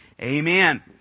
Amen